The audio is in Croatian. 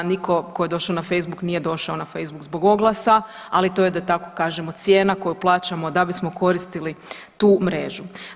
Nitko tko je došao na Facebook nije došao na Facebook zbog oglasa, ali to je da tako kažemo cijena koju plaćamo da bismo koristili tu mrežu.